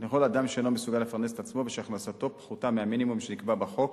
לכל אדם שאינו מסוגל לפרנס את עצמו ושהכנסתו פחותה מהמינימום שנקבע בחוק.